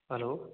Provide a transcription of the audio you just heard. hello